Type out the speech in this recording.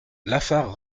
lafare